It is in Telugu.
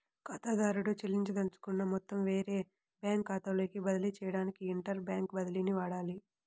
ఖాతాదారుడు చెల్లించదలుచుకున్న మొత్తం వేరే బ్యాంకు ఖాతాలోకి బదిలీ చేయడానికి ఇంటర్ బ్యాంక్ బదిలీని వాడాలి